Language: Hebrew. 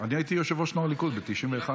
אני הייתי יושב-ראש נוער הליכוד ב-1991.